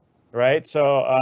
right? so,